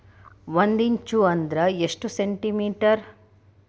ಒಂದಿಂಚು ಅಂದ್ರ ಎಷ್ಟು ಸೆಂಟಿಮೇಟರ್?